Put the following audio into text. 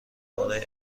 برای